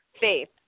Faith